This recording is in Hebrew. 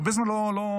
הרבה זמן לא נאמתי,